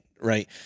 right